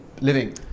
living